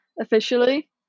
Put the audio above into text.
officially